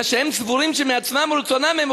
"אלא שהם סבורים שמעצמם ומרצונם הם